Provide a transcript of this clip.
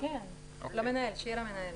שיהיה למנהל.